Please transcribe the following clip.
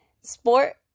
sport